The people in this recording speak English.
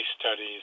studies